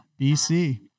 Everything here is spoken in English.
BC